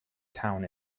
town